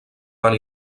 van